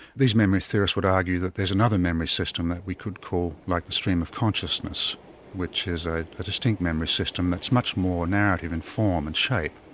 memory theorists would argue that there's another memory system that we could call like the stream of consciousness which is a ah distinct memory system that's much more narrative in form and shape.